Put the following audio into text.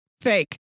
fake